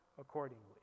accordingly